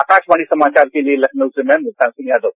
आकाशवाणी समाचार के लिए लखनऊ से मैं मुल्तान सिंह यादव